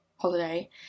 holiday